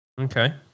Okay